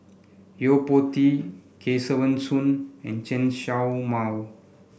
Yo Po Tee Kesavan Soon and Chen Show Mao